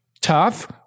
tough